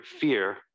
fear